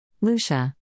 Lucia